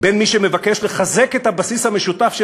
בין מי שמבקש לחזק את הבסיס המשותף של